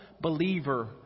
believer